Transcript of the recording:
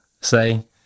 say